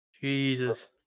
Jesus